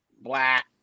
black